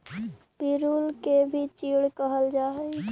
पिरुल के भी चीड़ कहल जा हई